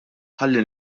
ħalli